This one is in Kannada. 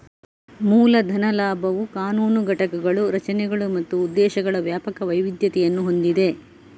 ಮೂಲ ಧನ ಲಾಭವು ಕಾನೂನು ಘಟಕಗಳು, ರಚನೆಗಳು ಮತ್ತು ಉದ್ದೇಶಗಳ ವ್ಯಾಪಕ ವೈವಿಧ್ಯತೆಯನ್ನು ಹೊಂದಿದೆ